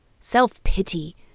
self-pity